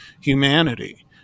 humanity